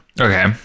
Okay